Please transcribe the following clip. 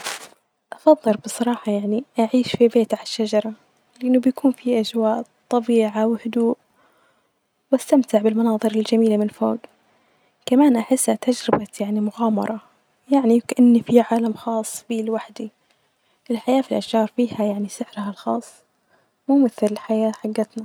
أفضل بصراحة يعني أعيش في بيت ع الشجرة لأنه بيكون فيه أجواء طبيعه ،وهدوء وأستمتع بالمناظر الجميلة من فوج.كمان أحسه تجربة يعني مغامرة يعني كإني في عالم خاص بي لوحدي ،الحياة ف الأشجار فيها يعني سحرها الخاص مو مثل الحياة حقتنا.